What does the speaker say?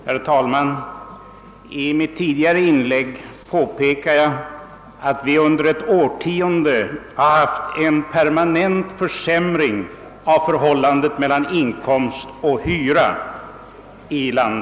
Herr talman! I mitt tidigare inlägg påpekade jag att vi under ett årtionde har haft en permanent försämring av förhållandet mellan inkomst och hyra i vårt land.